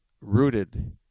rooted